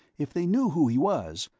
if they knew who he was,